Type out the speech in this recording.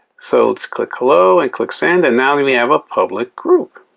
so let's click, hello and click so and and now we we have a public group.